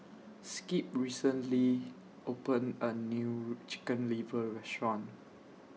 Skip recently opened A New Chicken Liver Restaurant